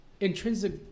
intrinsic